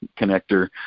connector